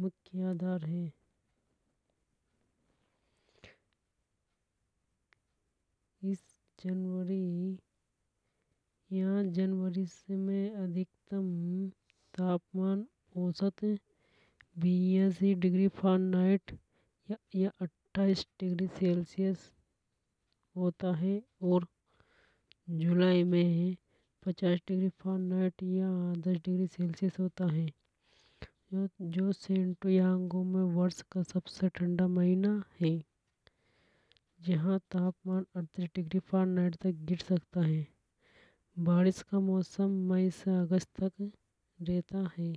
मुख्य आधार है। इस जनवरी यहां जनवरी में अधिकतम तापमान औसत बीय्यासी डिग्री या अठाईस डिग्री सेल्सियस होता है। और जुलाई में पचास डिग्री या दस डिग्री सेल्सियस होता है जो में वर्ष का सबसे ठंडा महीना है। जहां तापमान अड़तीस डिग्री फारनाइट तक गिर सकता हे बारिश का मौसम मई से अगस्त तक रहता है।